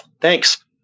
thanks